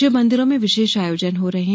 शिव मंदिरों में विशेष आयोजन हो रहे हैं